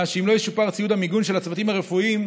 שאם לא ישופר ציוד המיגון של הצוותים הרפואיים,